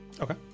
okay